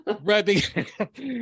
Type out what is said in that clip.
right